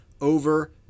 over